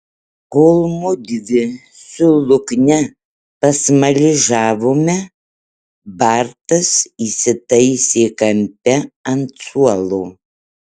kol mudvi su lukne pasmaližiavome bartas įsitaisė kampe ant suolo